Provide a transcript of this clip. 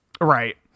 Right